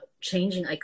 changing